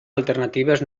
alternatives